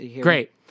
Great